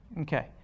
Okay